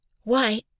Why